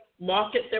market